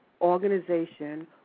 organization